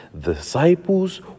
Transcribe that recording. disciples